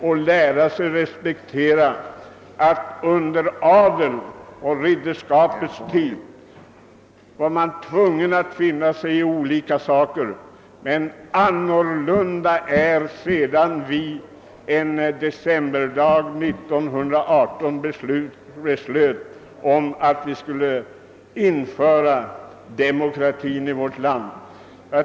På den tid då ridderskapet och adeln bestämde var allmogen tvungen att finna sig i vissa saker, men annorlunda är det sedan riksdagen en decemberdag 1918 beslöt att införa demokrati i vårt land.